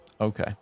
Okay